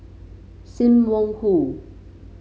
Sim Wong Hoo